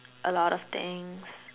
a lot of things